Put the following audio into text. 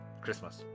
Christmas